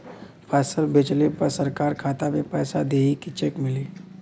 फसल बेंचले पर सरकार खाता में पैसा देही की चेक मिली?